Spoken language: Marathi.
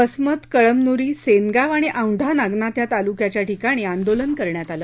वसमत कळमनुरी सेनगाव आणि औंढा नागनाथ या तालुक्याच्या ठिकाणी आंदोलन करण्यात आलं